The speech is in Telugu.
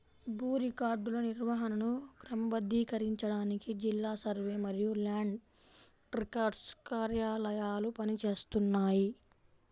భూ రికార్డుల నిర్వహణను క్రమబద్ధీకరించడానికి జిల్లా సర్వే మరియు ల్యాండ్ రికార్డ్స్ కార్యాలయాలు పని చేస్తున్నాయి